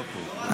לא רק שאריות.